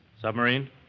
Submarine